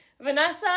Vanessa